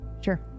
Sure